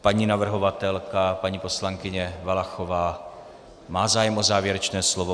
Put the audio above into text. Paní navrhovatelka poslankyně Valachová má zájem o závěrečné slovo.